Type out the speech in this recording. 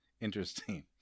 interesting